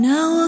Now